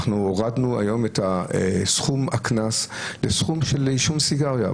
אנחנו הורדנו היום את סכום הקנס לסכום של עישון סיגריה.